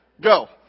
Go